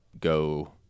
go